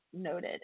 noted